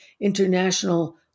International